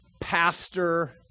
pastor